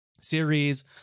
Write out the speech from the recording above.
series